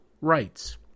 rights